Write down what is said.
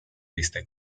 viste